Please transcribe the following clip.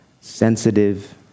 sensitive